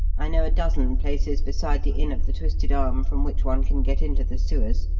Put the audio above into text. i know a dozen places beside the inn of the twisted arm from which one can get into the sewers.